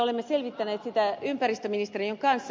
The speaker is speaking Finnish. olemme selvittäneet sitä ympäristöministeriön kanssa